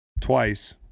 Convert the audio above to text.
twice